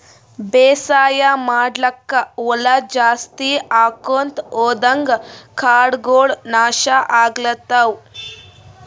ಬೇಸಾಯ್ ಮಾಡ್ಲಾಕ್ಕ್ ಹೊಲಾ ಜಾಸ್ತಿ ಆಕೊಂತ್ ಹೊದಂಗ್ ಕಾಡಗೋಳ್ ನಾಶ್ ಆಗ್ಲತವ್